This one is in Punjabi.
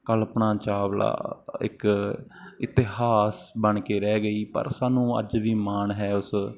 ਕਲਪਨਾ ਚਾਵਲਾ ਇੱਕ ਇਤਿਹਾਸ ਬਣ ਕੇ ਰਹਿ ਗਈ ਪਰ ਸਾਨੂੰ ਅੱਜ ਵੀ ਮਾਣ ਹੈ ਉਸ